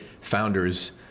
founders